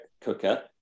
cooker